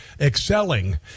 excelling